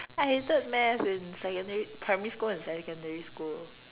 I hated math in secondary primary school and secondary school